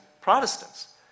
Protestants